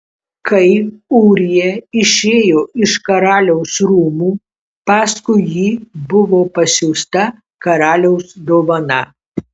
kai ūrija išėjo iš karaliaus rūmų paskui jį buvo pasiųsta karaliaus dovana